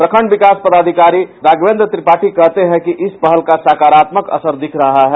प्रखंड विकास पदाधिकारी राघवेन्द्र त्रिपाठी कहते हैं कि इस पहल का सकारात्मक असर दिख रहा है